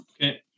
Okay